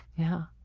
yeah.